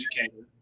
educator